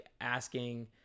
asking